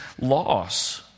loss